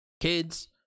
Kids